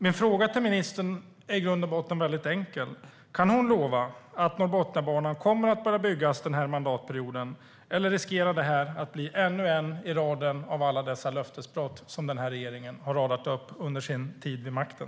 Min fråga till ministern är i grund och botten väldigt enkel: Kan hon lova att Norrbotniabanan kommer att börja byggas under den här mandatperioden, eller riskerar detta att bli ännu ett i raden av alla löftesbrott som den här regeringen har gjort under sin tid vid makten?